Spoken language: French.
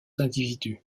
individus